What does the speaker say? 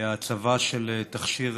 הצבת תכשיר